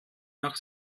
nach